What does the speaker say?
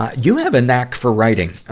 you have a knack for writing, ah,